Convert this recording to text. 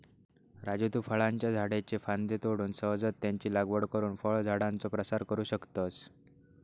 राजू तु फळांच्या झाडाच्ये फांद्ये तोडून सहजच त्यांची लागवड करुन फळझाडांचो प्रसार करू शकतस